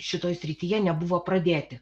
šitoj srityje nebuvo pradėti